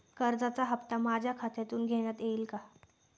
कर्जाचा हप्ता माझ्या खात्यातून घेण्यात येईल का?